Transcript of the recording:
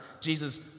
Jesus